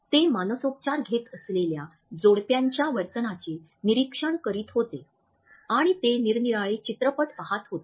ते मानसोपचार घेत असलेल्या जोडप्यांच्या वर्तनाचे निरीक्षण करीत होते आणि ते निरनिराळे चित्रपट पाहत होते